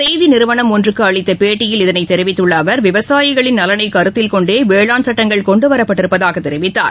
செய்தி நிறுவனம் ஒன்றுக்கு அளித்த பேட்டியில் இதனைத் தெரிவித்துள்ள அவர் விவசாயிகளின் நலனை கருத்தில் கொண்டே வேளாண் சட்டங்கள் கொண்டு வரப்பட்டிருப்பதாக தெரிவித்தார்